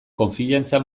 konfiantza